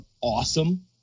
awesome